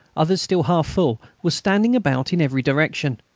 others still half full, were standing about in every direction.